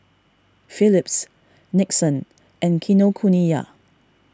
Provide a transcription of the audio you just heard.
Phillips Nixon and Kinokuniya